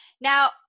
Now